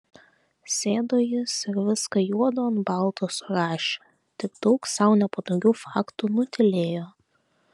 sėdo jis ir viską juodu ant balto surašė tik daug sau nepatogių faktų nutylėjo